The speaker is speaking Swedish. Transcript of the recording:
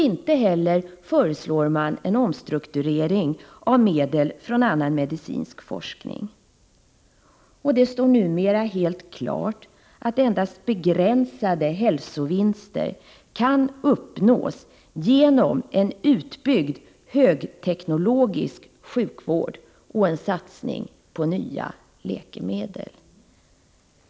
Inte heller föreslås en omstrukturering av medel från annan medicinsk forskning. Det står numera helt klart att endast begränsade hälsovinster kan uppnås genom en utbyggd högteknologisk sjukvård och en satsning på nya läkemedel.